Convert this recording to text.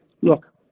look